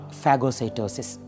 phagocytosis